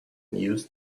news